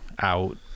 Out